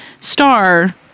star